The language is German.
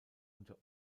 unter